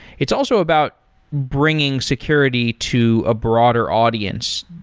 it's also about bringing security to a broader audience.